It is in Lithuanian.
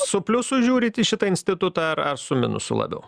su pliusu žiūrit į šitą institutą ar ar su minusu labiau